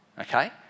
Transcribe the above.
Okay